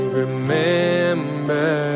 remember